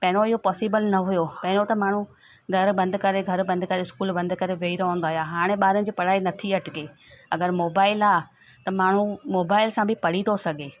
पहिरियों इहो पॉसिबल न हुयो पहिरियों त माण्हू दर बंदि करे घरु बंदि करे इस्कूलु बंदि करे वेही रहंदा हुया हाणे ॿारनि जी पढ़ाई नथी अटिके अगरि मोबाइल आहे त माण्हू मोबाइल सां बि पढ़ी थो सघे